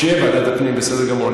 שיהיה ועדת הפנים, בסדר גמור.